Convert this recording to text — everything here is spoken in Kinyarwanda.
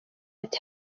ati